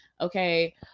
Okay